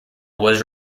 was